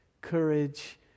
courage